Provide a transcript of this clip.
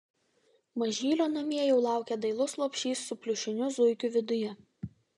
mažylio namie jau laukia dailus lopšys su pliušiniu zuikiu viduje